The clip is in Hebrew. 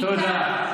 תודה.